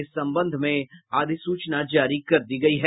इस संबंध में अधिसूचना जारी कर दी गयी है